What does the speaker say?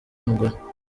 mugore